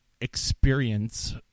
experience